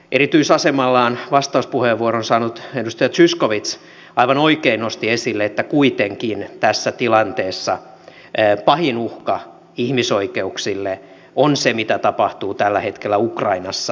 erityisasemallaan vastauspuheenvuoron saanut edustaja zyskowicz aivan oikein nosti esille että kuitenkin tässä tilanteessa pahin uhka ihmisoikeuksille on se mitä tapahtuu tällä hetkellä ukrainassa